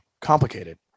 complicated